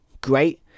great